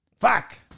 fuck